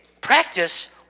practice